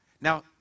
Now